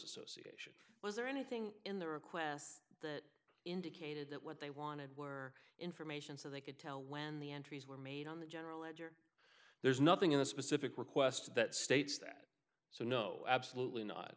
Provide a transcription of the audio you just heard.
so was there anything in the requests that indicated that what they wanted were information so they could tell when the entries were made on the general ledger there's nothing in a specific request that states that so no absolutely not